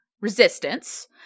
Resistance